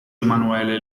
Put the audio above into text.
emanuele